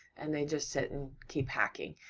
and they just sit and keep hacking.